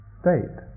state